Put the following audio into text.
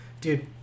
dude